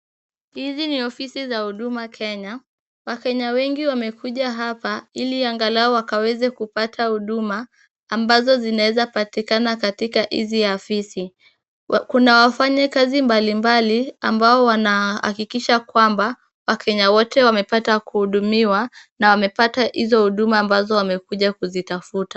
Hizi ni ofisi za Huduma Kenya. Wakenya wengi wamekuja hapa ili angalau wakaweze kupata huduma ambazo zinaweza patikana katika hizi ofisi. Kuna wafanyikazi mbalimbali ambao wanahakikisha kwamba wakenya wote wanapata kuhudumiwa na wamepata hizo huduma ambazo wamekuja kuzitafuta.